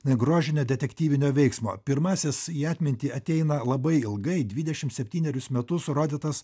grožinio detektyvinio veiksmo pirmasis į atmintį ateina labai ilgai dvidešimt septynerius metus rodytas